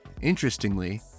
Interestingly